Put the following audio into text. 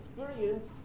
experience